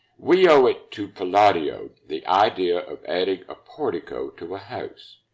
we owe it to palladio the idea of adding a portico to a house.